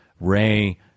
Ray